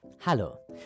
Hallo